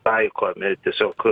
taikomi tiesiog